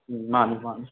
ꯎꯝ ꯃꯥꯅꯤ ꯃꯥꯅꯤ